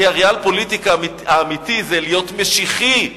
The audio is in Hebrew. כי הריאל-פוליטיק האמיתי זה להיות משיחי,